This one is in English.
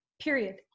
period